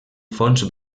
fons